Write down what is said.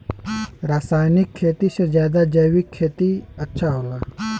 रासायनिक खेती से ज्यादा जैविक खेती अच्छा होला